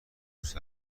دوست